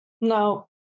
No